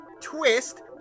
twist